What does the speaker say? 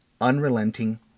unrelenting